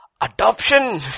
adoption